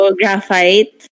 graphite